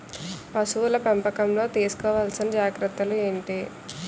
పశువుల పెంపకంలో తీసుకోవల్సిన జాగ్రత్త లు ఏంటి?